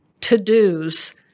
To-dos